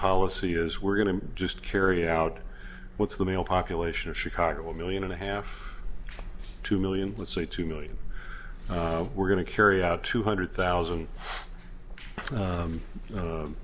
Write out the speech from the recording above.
policy is we're going to just carry out what's the male population of chicago a million and a half two million let's say two million we're going to carry out two hundred thousand